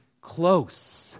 close